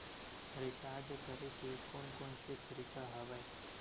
Recharge करे के कोन कोन से तरीका हवय?